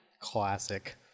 Classic